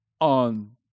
on